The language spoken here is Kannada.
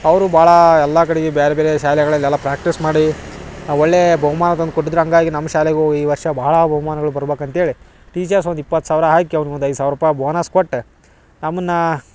ಅವರು ಭಾಳ ಎಲ್ಲ ಕಡೆ ಬ್ಯಾರೆ ಬೇರೆ ಶಾಲೆಗಳಲೆಲ್ಲ ಪ್ರಾಕ್ಟೀಸ್ ಮಾಡಿ ಒಳ್ಳೆಯ ಬಹುಮಾನ ತಂದು ಕೊಟ್ಟಿದ್ರು ಹಂಗಾಗಿ ನಮ್ಮ ಶಾಲೆಗೂ ಈ ವರ್ಷ ಭಾಳ ಬಹುಮಾನಗಳು ಬರ್ಬಕು ಅಂತೇಳಿ ಟೀಚರ್ಸ್ ಒಂದು ಇಪ್ಪತ್ತು ಸಾವಿರ ಹಾಕಿ ಅವ್ರಿಗೆ ಒಂದು ಐದು ಸಾವಿರ ರೂಪಾಯಿ ಬೋನಸ್ ಕೊಟ್ಟು ನಮ್ಮನ್ನ